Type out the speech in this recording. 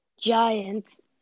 Giants